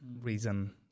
reason